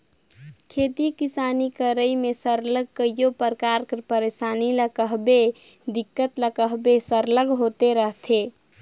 खेती किसानी करई में सरलग कइयो परकार कर पइरसानी ल कहबे दिक्कत ल कहबे सरलग होते रहथे